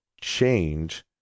change